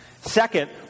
Second